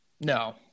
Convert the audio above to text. No